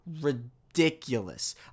ridiculous